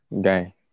guy